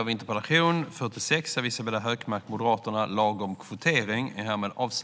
Svar på interpellationer